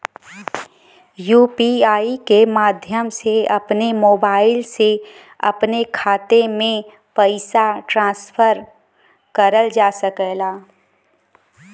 UPI के माध्यम से अपने मोबाइल से अपने खाते में पइसा ट्रांसफर करल जा सकला